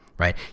right